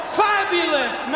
fabulous